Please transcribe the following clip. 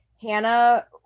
Hannah